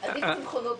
עדיף צמחונות.